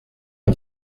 une